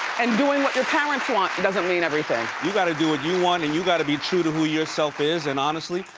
and doing what your parents want doesn't mean everything. you gotta do what you want and you gotta be true to who yourself is. and honestly,